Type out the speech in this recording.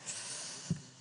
ב-50%.